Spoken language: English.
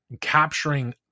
capturing